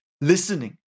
listening